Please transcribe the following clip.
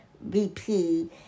VP